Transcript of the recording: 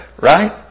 right